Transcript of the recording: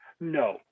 No